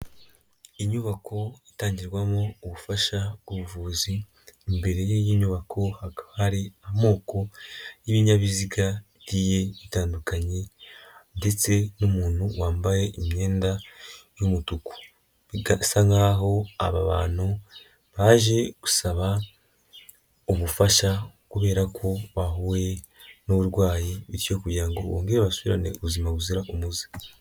Inyubako itangirwamo ubufasha bw'ubuvuzi, imbere y'iyi nyubako hakaba hari amoko y'ibinyabiziga bigiye bitandukanye, ndetse n'umuntu wambaye imyenda y'umutuku. Bisa nkaho aba bantu baje gusaba, ubufasha kubera ko bahuye n'uburwayi, bityo kugira ngo bongere basubirane ubuzima buzira umuze.